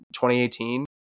2018